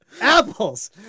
apples